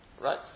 Right